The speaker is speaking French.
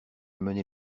mener